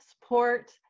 support